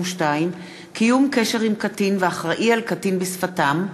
22) (קיום קשר עם קטין ואחראי על קטין בשפתם),